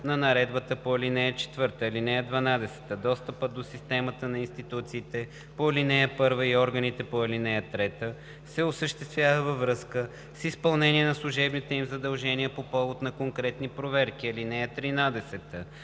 на наредбата по ал. 4. (12) Достъпът до системата на институциите по ал. 1 и органите по ал. 3 се осъществява във връзка с изпълнение на служебните им задължения по повод на конкретни проверки. (13)